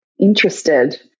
interested